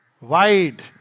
Wide